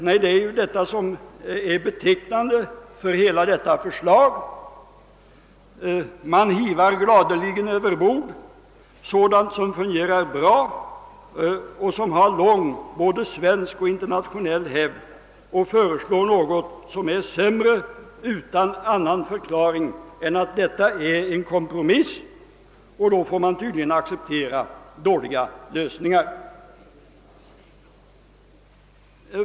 Nej, det är ju det som är betecknande för hela detta förslag: man hyvar gladeligen över bord sådant som fungerar väl och som har lång både svensk och internationell hävd. I stället föreslås något som är sämre, utan annan förklaring än att detta är en kompromiss, och då får man tydligen lov att acceptera dåliga lösningar.